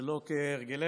שלא כהרגלנו,